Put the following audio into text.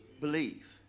believe